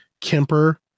Kemper